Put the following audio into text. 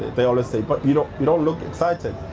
they all say, but you don't you don't look excited.